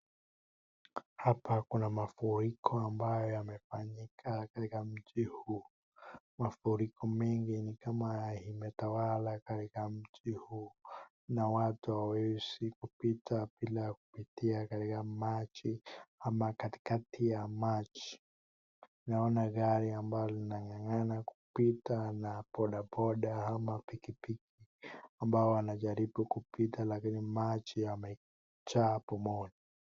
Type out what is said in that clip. Hapa kuna mafuriko ambayo yamefanyika katika mji huu. Mafuriko mengi ni kama haya imetawala katika mji huu na watu hawawezi kupita bila ya kupitia katika maji ama katikati ya maji .Naona gari ambalo lina ng'ang'ana kupita na bodaboda ama pikipiki ambao wanajaribu kupita lakini maji yamejaa pomoni.